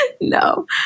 No